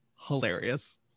hilarious